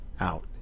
out